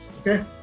okay